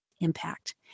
impact